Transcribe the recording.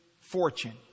fortune